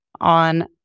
on